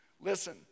listen